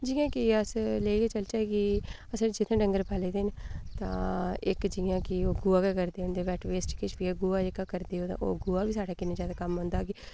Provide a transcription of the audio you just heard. जि'यां कि अस लेइयै चलचै कि असें जेह्के डंगर पाले दे न तां इक जि'यां कि गोहा गै करदे न बेट वेस्ट किश बी ऐ ते ओह् गोहा जेह्का करदे ओह् ते गोहा बी साढ़े किन्ने जैदा कम्म औंदा कि